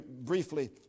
briefly